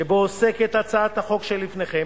שבו עוסקת הצעת החוק שלפניכם.